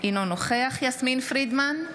אינו נוכח יסמין פרידמן,